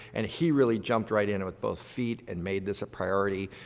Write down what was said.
and he really jumped right in and with both feet and made this a priority,